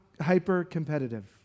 hyper-competitive